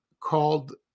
called